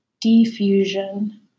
diffusion